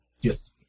Yes